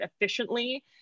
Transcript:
efficiently